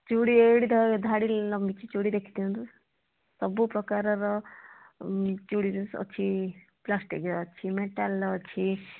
ଚୁଡ଼ି ଏଇଠି ଧାଡ଼ି ଲମ୍ବିଛିି ଚୁଡ଼ି ଦେଖି ଦିଅନ୍ତୁ ସବୁ ପ୍ରକାରର ଚୁଡ଼ି ଅଛି ପ୍ଲାଷ୍ଟିକ୍ର ଅଛି ମେଟାଲ୍ର ଅଛି